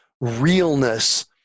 realness